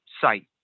site